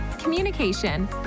communication